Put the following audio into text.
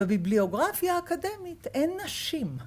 ‫בביבליוגרפיה האקדמית אין נשים.